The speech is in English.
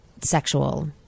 sexual